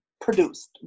produced